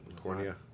Cornea